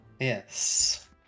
Yes